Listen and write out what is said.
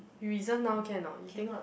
reserve now can or not you think